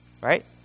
right